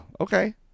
okay